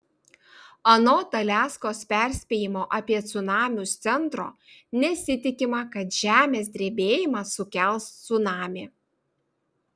anot aliaskos perspėjimo apie cunamius centro nesitikima kad žemės drebėjimas sukels cunamį